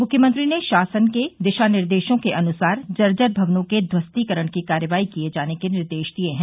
मुख्यमंत्री ने शासन के दिशा निर्देशों के अनुसार जर्जर भवनों के ध्वस्तीकरण की कार्रवाई किए जाने के निर्देश दिये हैं